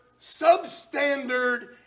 substandard